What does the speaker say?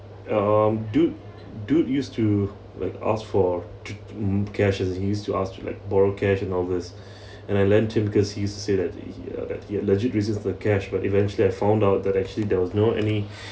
um dude dude used to like ask for mm cash as in he used to ask to like borrow cash and all these and I lent him because he said that he uh that he had legit reasons for the cash but eventually I found out that actually there was not any